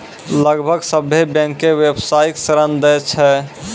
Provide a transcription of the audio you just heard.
लगभग सभ्भे बैंकें व्यवसायिक ऋण दै छै